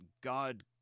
god